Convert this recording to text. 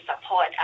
support